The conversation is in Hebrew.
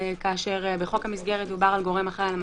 כאשר בחוק המסגרת דובר על גורם אחראי על מקום,